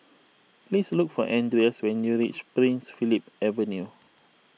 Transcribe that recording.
please look for andreas when you reach Prince Philip Avenue